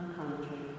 country